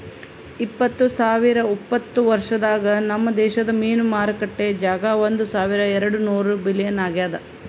ಇಪ್ಪತ್ತು ಸಾವಿರ ಉಪತ್ತ ವರ್ಷದಾಗ್ ನಮ್ ದೇಶದ್ ಮೀನು ಮಾರುಕಟ್ಟೆ ಜಾಗ ಒಂದ್ ಸಾವಿರ ಎರಡು ನೂರ ಬಿಲಿಯನ್ ಆಗ್ಯದ್